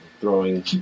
Throwing